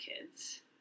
kids